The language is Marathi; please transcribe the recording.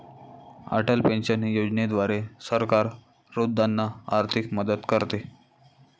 अटल पेन्शन योजनेद्वारे सरकार वृद्धांना आर्थिक मदत करते